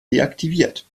deaktiviert